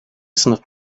sınıf